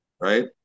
right